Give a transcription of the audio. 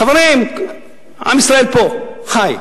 חברים, עם ישראל פה, חי,